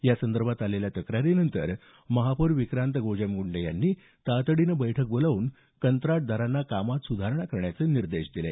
यासंदर्भात आलेल्या तक्रारीनंतर महापौर विक्रांत गोजमगुंडे यांनी तातडीनं बैठक बोलावून कंत्राटदारांना कामांत सुधारणा करण्याचे निर्देश दिले